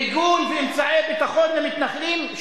מיגון ואמצעי ביטחון למתנחלים,